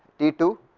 t two,